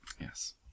yes